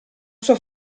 sua